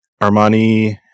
Armani